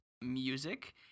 music